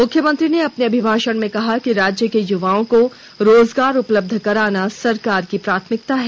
मुख्यमंत्री ने अपने अभिभाषण में कहा कि राज्य के युवाओं को रोजगार उपलब्ध कराना सरकार की प्राथमिकता है